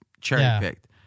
cherry-picked